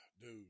dude